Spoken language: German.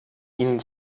ihnen